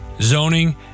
zoning